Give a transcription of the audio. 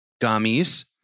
gummies